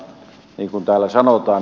niin kuin täällä sanotaan